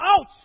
Ouch